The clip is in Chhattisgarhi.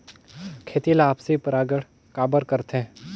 खेती ला आपसी परागण काबर करथे?